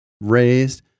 raised